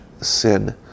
sin